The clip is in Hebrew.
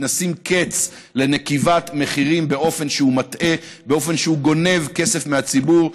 נשים קץ לנקיבת מחירים באופן מטעה באופן שגונב כסף מהציבור.